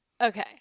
Okay